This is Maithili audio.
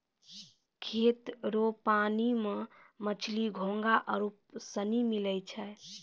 खेत रो पानी मे मछली, घोंघा आरु सनी मिलै छै